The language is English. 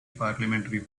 parliamentary